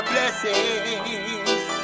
Blessings